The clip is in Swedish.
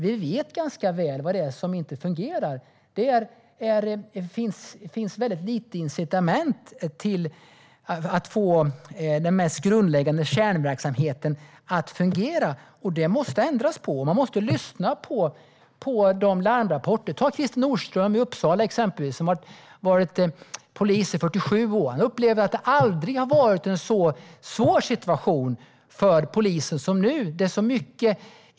Vi vet ganska väl vad det är som inte fungerar. Det finns väldigt lite incitament för att få den grundläggande kärnverksamheten att fungera. Det måste ändras på det. Man måste lyssna på larmrapporterna. Christer Nordström i Uppsala, till exempel, har varit polis i 47 år. Han upplever att det aldrig har varit en så svår situation för poliser som det är nu.